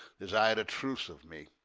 desir'd a truce of me?